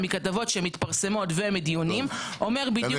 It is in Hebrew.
מכתבות שמתפרסמות ומדיונים אומר בדיוק